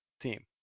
team